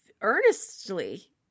earnestly